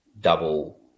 double